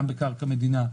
גם בקרקע מדינה,